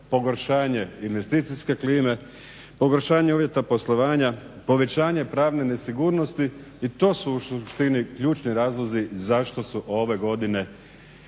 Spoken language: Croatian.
pogoršanje investicijske klime, pogoršanje uvjeta poslovanja, povećanje pravne nesigurnosti i to su u suštini ključni razlozi zašto su ove godine,